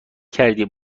کردی